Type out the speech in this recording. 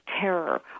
terror